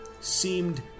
seemed